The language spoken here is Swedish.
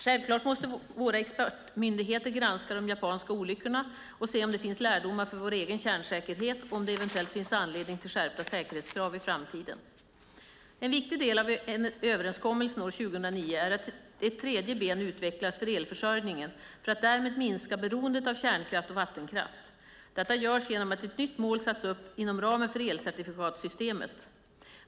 Självklart måste våra expertmyndigheter granska de japanska olyckorna och se om det finns lärdomar för vår egen kärnsäkerhet och om det eventuellt finns anledning till skärpta säkerhetskrav i framtiden. En viktig del av överenskommelsen år 2009 är att ett tredje ben utvecklas för elförsörjningen för att därmed minska beroendet av kärnkraft och vattenkraft. Detta görs genom att ett nytt mål satts upp inom ramen för elcertifikatssystemet.